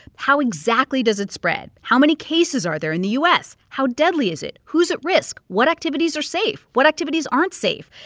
how exactly does it spread? how many cases are there in the u s? how deadly is it? who's at risk? what activities are safe? what activities aren't safe?